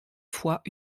fois